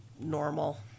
normal